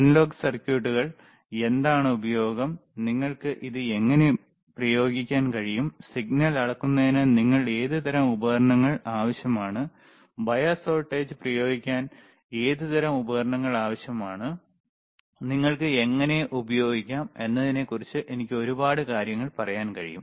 analogue സർക്യൂട്ടുകൾ എന്താണ് ഉപയോഗം നിങ്ങൾക്ക് ഇത് എങ്ങനെ പ്രയോഗിക്കാൻ കഴിയും സിഗ്നൽ അളക്കുന്നതിന് നിങ്ങൾക്ക് ഏതുതരം ഉപകരണങ്ങൾ ആവശ്യമാണ് ബയാസ് വോൾട്ടേജ് പ്രയോഗിക്കാൻ ഏത് തരം ഉപകരണങ്ങൾ ആവശ്യമാണ് നിങ്ങൾക്ക് എങ്ങനെ ഉപയോഗിക്കാം എന്നതിനെക്കുറിച്ച് എനിക്ക് ഒരുപാട് കാര്യങ്ങൾ പറയാൻ കഴിയും